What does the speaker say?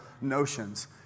notions